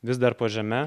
vis dar po žeme